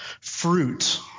Fruit